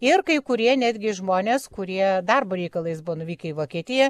ir kai kurie netgi žmonės kurie darbo reikalais buvo nuvykę į vokietiją